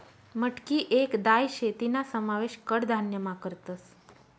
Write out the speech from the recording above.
मटकी येक दाय शे तीना समावेश कडधान्यमा करतस